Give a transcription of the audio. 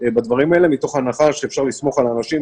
בדברים האלה מתוך הנחה שאפשר לסמוך על אנשים,